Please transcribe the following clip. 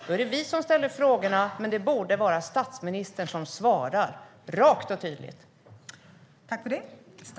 Då är det vi som ställer frågorna, men det borde vara statsministern som svarar - rakt och tydligt.